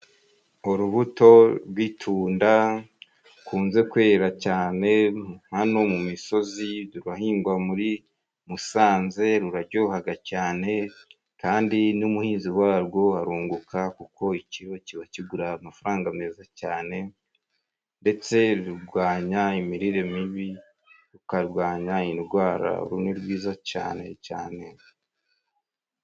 Urubuto rw'itunda rukunze kwera cyane hano mu misozi rurahingwa muri musanze, ruraryohaga cyane, kandi n'umuhinzi warwo arunguka kuko ikiro kiba kigura amafaranga meza cyane, ndetse rurwanya imirire mibi rukarwanya indwara, uru ni rwiza cyane cyane!